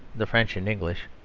the french and english,